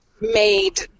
made